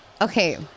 Okay